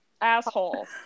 Asshole